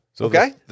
Okay